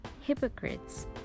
hypocrites